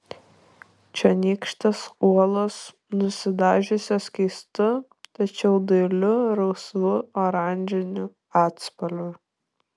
čionykštės uolos nusidažiusios keistu tačiau dailiu rausvu oranžiniu atspalviu